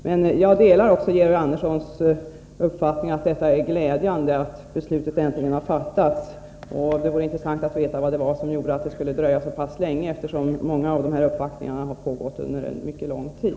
Jag delar dock Georg Anderssons uppfattning att det är glädjande att beslutet äntligen har fattats. Det vore intressant att få veta vad som gjorde att det skulle dröja så länge. Många av dessa uppvaktningar har ju pågått under lång tid.